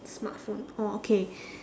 smartphone orh okay